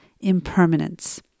impermanence